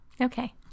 Okay